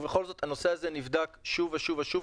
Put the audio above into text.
הנושא הזה נבדק שוב ושוב ושוב,